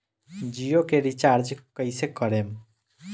जियो के रीचार्ज कैसे करेम?